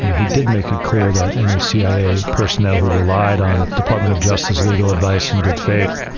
he did make it clear that any cia personnel who relied on department of justice, legal advice in good faith,